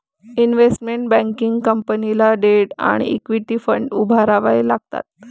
investment banking कंपनीला debt आणि equity fund उभारावे लागतात